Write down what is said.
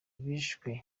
bishwe